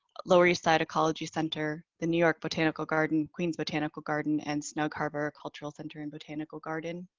lower east side ecology center, the new york botanical garden queens botanical garden and snow carver cultural center and botanical garden.